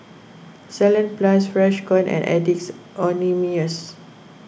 Salonpas Freshkon and Addicts Anonymous